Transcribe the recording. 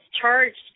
charged